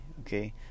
okay